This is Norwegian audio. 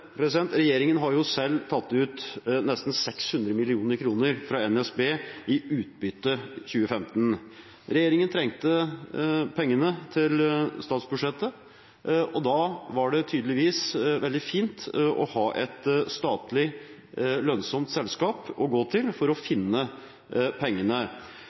Regjeringen har selv tatt ut nesten 600 mill. kr i utbytte fra NSB i 2015. Regjeringen trengte pengene til statsbudsjettet, og da var det tydeligvis veldig fint å ha et lønnsomt statlig selskap å gå til for å finne pengene.